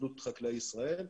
התאחדות חקלאי ישראל,